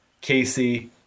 Casey